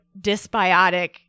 dysbiotic